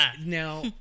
Now